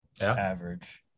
average